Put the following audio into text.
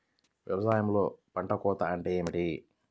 వ్యవసాయంలో పంట కోత అంటే ఏమిటి?